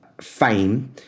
fame